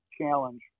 challenge